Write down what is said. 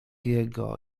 jego